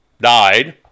died